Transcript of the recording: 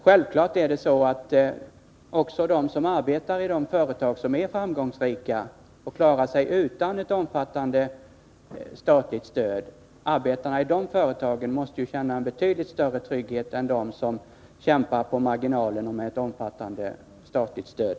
Självklart måste arbetarna i de företag som är framgångsrika och klarar sig utan omfattande statligt stöd känna betydligt större trygghet än arbetarna i de företag som kämpar på marginalerna med ett betydande statligt stöd.